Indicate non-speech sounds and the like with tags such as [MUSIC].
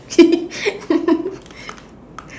[LAUGHS]